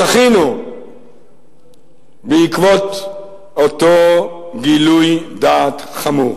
זכינו בעקבות אותו גילוי דעת חמור?